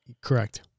Correct